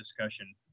discussion